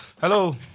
Hello